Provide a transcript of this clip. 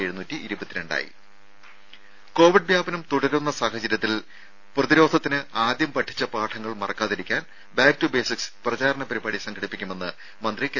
രുര കൊവിഡ് വ്യാപനം തുടരുന്ന സാഹചര്യത്തിൽ പ്രതിരോധത്തിന് ആദ്യം പഠിച്ച പാഠങ്ങൾ മറക്കാതിരിക്കാൻ ബാക് ടു ബേസിക്സ് പ്രചാരണ പരിപാടി സംഘടിപ്പിക്കുമെന്ന് മന്ത്രി കെ